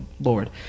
Lord